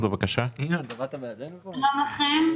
שלום לכם.